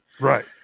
Right